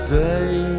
day